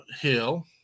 hill